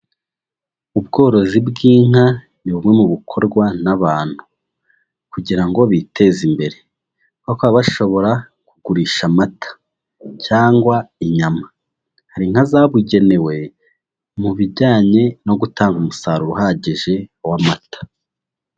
Ubworozi bw'inka ni bumwe mu bukorwa n'abantu kugira ngo biteze imbere. Bakaba bashobora kugurisha amata cyangwa inyama. Hari inka zabugenewe mu bijyanye no gutanga umusaruro uhagije w'amata.